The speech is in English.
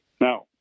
Now